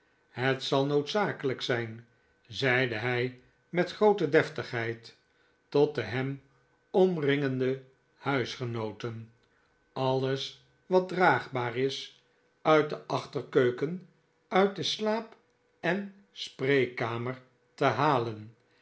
het zal noodzakelijk zijn zeide hij met groote deftigheid tot de hem omringende huisgenooten alles wat draagbaar is uit de achterkeuken uit de slaap en spreekkamer te halen